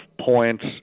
points